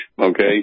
okay